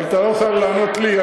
אבל אתה לא חייב לענות לי.